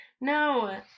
no